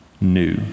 new